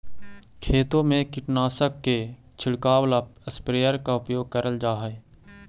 खेतों में कीटनाशक के छिड़काव ला स्प्रेयर का उपयोग करल जा हई